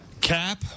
Cap